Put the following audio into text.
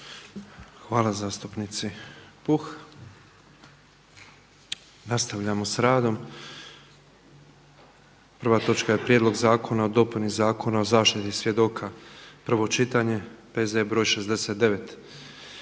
Božo (MOST)** Nastavljamo s radom. Prva točka je: - Prijedlog zakona o dopuni Zakona o zaštiti svjedoka, prvo čitanje, P.Z. broj 69.